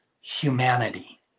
humanity